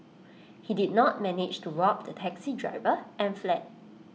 he did not manage to rob the taxi driver and fled